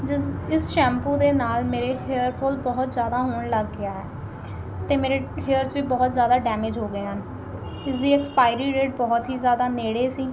ਜਿਸ ਇਸ ਸ਼ੈਂਪੂ ਦੇ ਨਾਲ ਮੇਰੇ ਹੇਅਰ ਫੋਲ ਬਹੁਤ ਜ਼ਿਆਦਾ ਹੋਣ ਲੱਗ ਗਿਆ ਹੈ ਅਤੇ ਮੇਰੇ ਹੇਅਰਸ ਵੀ ਬਹੁਤ ਜ਼ਿਆਦਾ ਡੈਮੇਜ ਹੋ ਗਏ ਹਨ ਇਸਦੀ ਐਕਸਪਾਇਰੀ ਡੇਟ ਬਹੁਤ ਹੀ ਜ਼ਿਆਦਾ ਨੇੜੇ ਸੀ